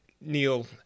Neil